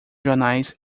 jornais